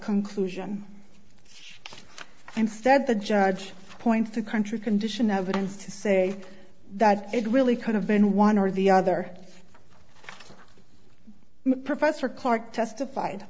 conclusion instead the judge points to country condition evidence to say that it really could have been one or the other professor clarke testified